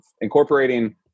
incorporating